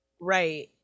Right